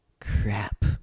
crap